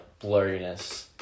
blurriness